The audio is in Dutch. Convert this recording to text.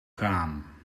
gaan